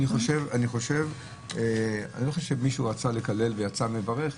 אני לא חושב שמישהו רצה לקלל ויצא מברך,